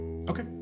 Okay